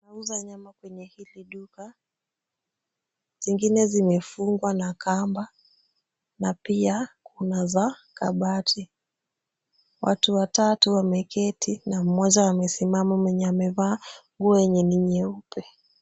Wanauza nyama kwenye hili duka. Zingine zimefungwa na kamba na pia kuna za kabati. Watu watatu wameketi na mmoja amesimama mwenye amevaa nguo yenye ni nyeupe.